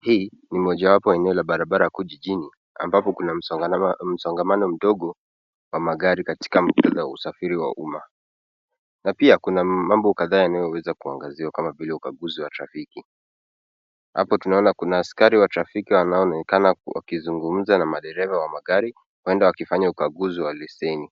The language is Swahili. Hii ni mojawapo ya eneo la barabara kuu jijini ambapo kuna mzongamano mdogo wa magari katika kutokana na usafiri wa umma, na pia kuna mambo kataa unaoweza kuangaziwa kama vile ukakuzi wa trafiki, hapo tunaona kuna ofisa wa trafiki wanaonekana sungumza na dereva wa gari uenda anafanya ukakuzi wa lisheni,